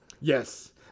Yes